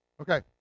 Okay